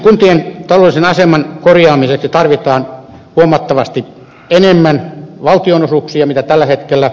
kuntien taloudellisen aseman korjaamiseksi tarvitaan huomattavasti enemmän valtionosuuksia mitä tällä hetkellä